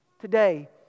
Today